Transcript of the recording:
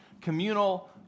communal